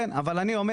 כן, אבל אני אומר